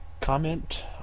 comment